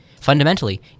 Fundamentally